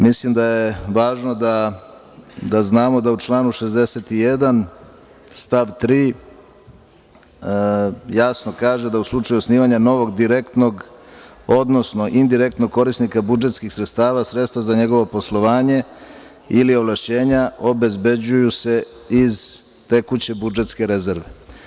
Mislim da je važno da znamo da se u članu 61. stav 3. jasno kaže da u slučaju osnivanja novog direktnog, odnosno indirektnog korisnika budžetskih sredstava, sredstva za njegovo poslovanje ili ovlašćenja obezbeđuju se iz tekuće budžetske rezerve.